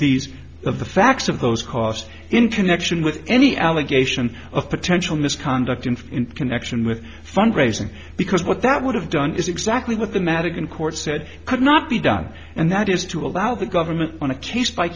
these of the facts of those costs in connection with any allegation of potential misconduct in connection with fundraising because what that would have done is exactly what the magic in court said could not be done and that is to allow the government on a case by